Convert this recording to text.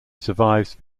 survives